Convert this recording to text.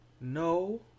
no